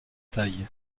taille